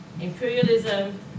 imperialism